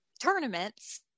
tournaments